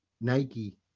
Nike